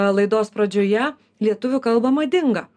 laidos pradžioje lietuvių kalba madinga